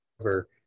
over